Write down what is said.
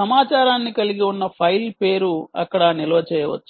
సమాచారాన్ని కలిగి ఉన్న ఫైల్ పేరు అక్కడ నిల్వ చేయవచ్చు